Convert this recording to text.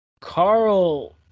Carl